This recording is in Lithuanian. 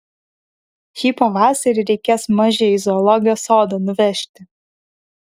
šį pavasarį reikės mažę į zoologijos sodą nuvežti